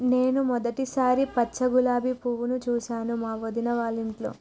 నేను మొదటిసారి పచ్చ గులాబీ పువ్వును చూసాను మా వదిన వాళ్ళింట్లో